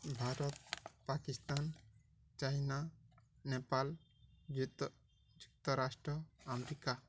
Bharat Pakistan China Nepal ଯୁକ୍ତରାଷ୍ଟ୍ର America